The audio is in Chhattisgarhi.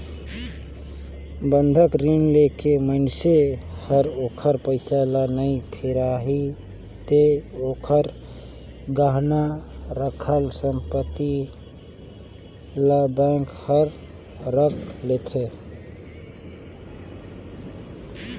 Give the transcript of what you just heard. बंधक रीन लेके मइनसे हर ओखर पइसा ल नइ फिराही ते ओखर गहना राखल संपति ल बेंक हर राख लेथें